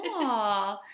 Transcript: Cool